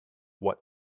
what